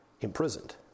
imprisoned